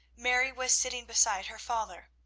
mary was sitting beside her father.